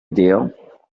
deal